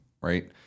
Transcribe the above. right